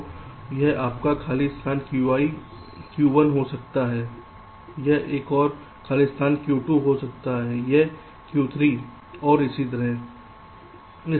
तो यह आपका खाली स्थान Q1 हो सकता है यह एक और स्थान Q2 हो सकता है यह Q3 और इसी तरह हो सकता है